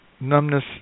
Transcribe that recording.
numbness